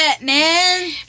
man